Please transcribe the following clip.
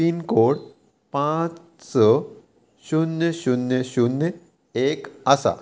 pin code पांच स शुन्य शुन्य शुन्य एक आसा